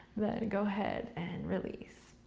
then go ahead and release.